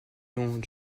nom